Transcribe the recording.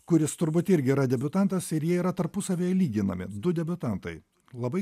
kuris turbūt irgi yra debiutantas ir jie yra tarpusavyje lyginami du debiutantai labai